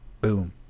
boom